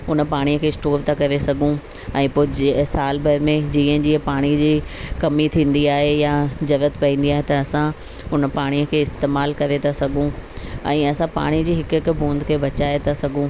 उन पाणी खे स्टोर करे था सघूं ऐं जे साल भर में जीअं जीअं पाणी जी कमी थींदी आहे या ज़रूरत पईंदी आहे त असां उन पाणीअ खे इस्तेमाल था करे सघूं ऐं असां पाणीअ जी हिक हिक बूंद खे तव्हां बचाए सघूं